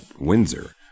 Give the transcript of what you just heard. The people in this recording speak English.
Windsor